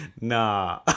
nah